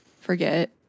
forget